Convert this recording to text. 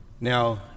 now